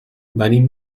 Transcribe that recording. venim